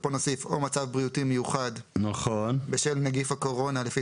כאן נוסיף או מצב בריאותי מיוחד - של נגיף הקורונה לפי